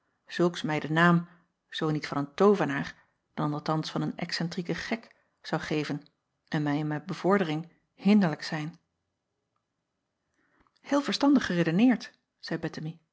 zulks mij den naam zoo niet van een toovenaar dan althans van een excentrieken gek zou geven en mij in mijn bevordering hinderlijk zijn eel verstandig geredeneerd zeî